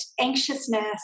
anxiousness